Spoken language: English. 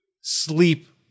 sleep